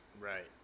Right